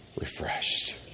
refreshed